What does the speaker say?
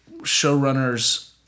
showrunners